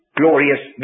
glorious